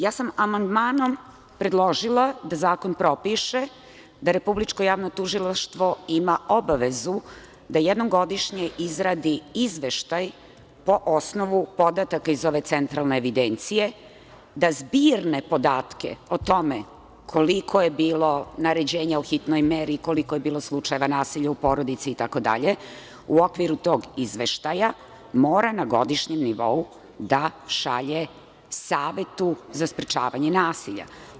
Ja sam amandmanom predložila da zakon propiše da Republičko javno tužilaštvo ima obavezu da jednom godišnje izradi izveštaj po osnovu podataka iz ove centralne evidencije, da zbirne podatke o tome koliko je bilo naređenja o hitnoj meri, koliko je bilo slučajeva nasilja u porodici itd. u okviru tog izveštaja mora na godišnjem nivou da šalje Savetu za sprečavanje nasilja.